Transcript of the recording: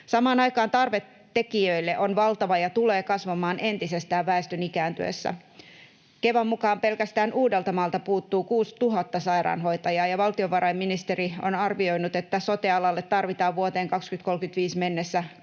Samaan aikaan tarve tekijöille on valtava ja tulee kasvamaan entisestään väestön ikääntyessä. Kevan mukaan pelkästään Uudeltamaalta puuttuu 6 000 sairaanhoitajaa, ja valtiovarainministeriö on arvioinut, että sote-alalle tarvitaan vuoteen 2035 mennessä